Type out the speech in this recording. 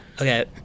Okay